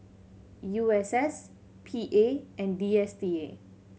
U S S P A and D S T A